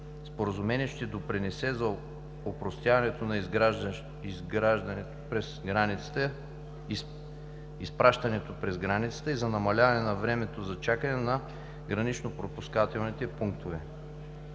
Споразумението ще допринесе за опростяването на изпращането през границата и за намаляване на времето за чакане на гранично-пропускателните пунктове.